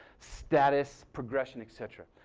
status, progression, etc.